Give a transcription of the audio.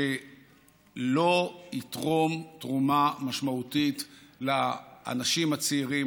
שלא יתרום תרומה משמעותית לאנשים הצעירים,